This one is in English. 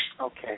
Okay